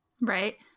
Right